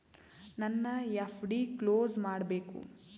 ನನ್ನ FD close ಮಾಡಬೇಕು